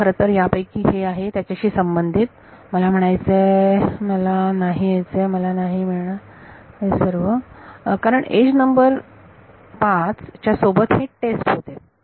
म्हणून खरतर यापैकी हे आहे त्याच्याशी संबंधित मला म्हणायचं मला नाही यायचे मला नाही मिळणार हे सर्व कारण एज नंबर फाइव च्या सोबत हे टेस्ट होते